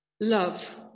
Love